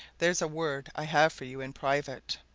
there's a word i have for you in private!